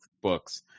books